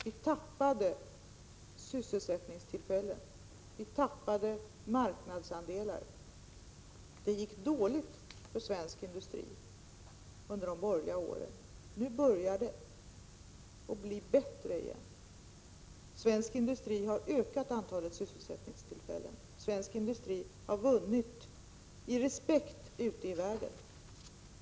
Vi tappade då sysselsättningstillfällen, och vi tappade marknadsandelar. Det gick dåligt för svensk industri under de borgerliga åren. Nu börjar det att bli bättre igen. Svensk industri har ökat antalet sysselsättningstillfällen. Svensk industri har vunnit i respekt ute i världen.